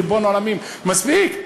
ריבון העולמים, מספיק.